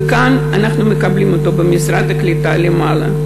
וכאן אנחנו מקבלים אותו במשרד הקליטה למעלה,